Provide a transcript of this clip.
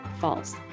false